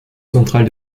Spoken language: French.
central